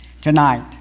tonight